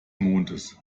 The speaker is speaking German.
mondes